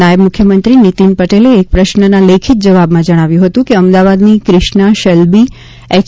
નાયબ મુખ્યમંત્રી નિતીન પટેલે એક પ્રશ્નના લેખિત જવાબમાં જણાવ્યું હતું કે અમદાવાદની ક્રિષ્ના શેલ્બી એચ